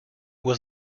was